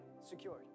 secured